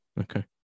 Okay